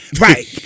right